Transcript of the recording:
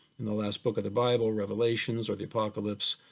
in the last book of the bible, revelations, or the apocalypse,